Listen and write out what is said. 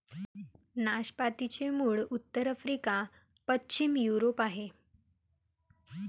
नाशपातीचे मूळ उत्तर आफ्रिका, पश्चिम युरोप आहे